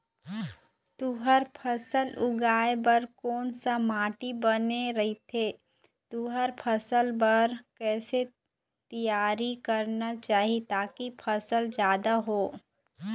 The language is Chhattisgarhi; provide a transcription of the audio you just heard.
तुंहर फसल उगाए बार कोन सा माटी बने रथे तुंहर फसल बार कैसे तियारी करना चाही ताकि फसल जादा हो?